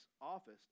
office